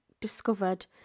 discovered